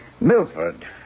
Milford